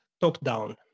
top-down